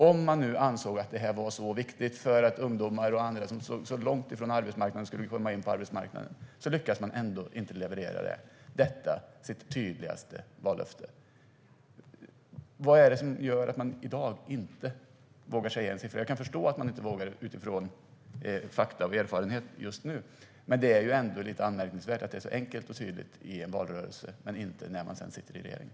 Om man nu ansåg att traineejobb var så viktiga för att ungdomar och andra som stod långt från arbetsmarknaden skulle komma in på arbetsmarknaden, lyckas man ändå inte leverera detta sitt tydligaste vallöfte. Vad är det som gör att man i dag inte vågar säga en siffra? Jag kan förstå att man inte vågar det utifrån fakta och erfarenhet just nu. Men det är ändå lite anmärkningsvärt att det är så enkelt och tydligt i en valrörelse men inte när man sedan sitter i regeringen.